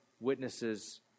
witnesses